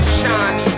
shiny